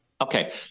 Okay